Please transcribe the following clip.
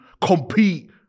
compete